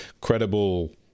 credible